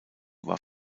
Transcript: war